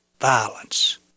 violence